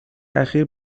اخیر